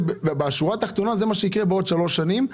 בשורה התחתונה זה מה שיקרה בעוד שלוש שנים,